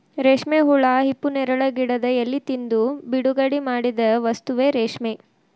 ರೇಶ್ಮೆ ಹುಳಾ ಹಿಪ್ಪುನೇರಳೆ ಗಿಡದ ಎಲಿ ತಿಂದು ಬಿಡುಗಡಿಮಾಡಿದ ವಸ್ತುವೇ ರೇಶ್ಮೆ